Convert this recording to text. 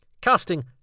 Casting